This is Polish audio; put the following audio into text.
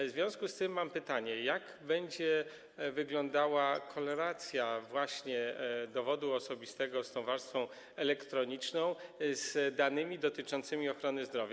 W związku z tym mam pytanie: Jak będzie wyglądała korelacja właśnie dowodu osobistego z warstwą elektroniczną z danymi dotyczącymi ochrony zdrowia?